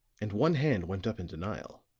and one hand went up in denial.